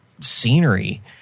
scenery